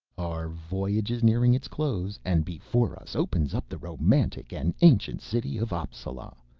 our voyage is nearing its close and before us opens up the romantic and ancient city of appsala,